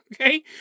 okay